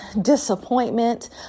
disappointment